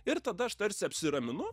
ir tada aš tarsi apsiraminu